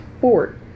fort